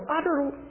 utter